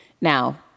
Now